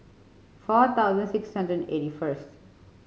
four thousand six hundred and eighty first